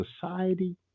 society